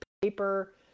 paper